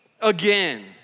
again